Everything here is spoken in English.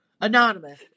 anonymous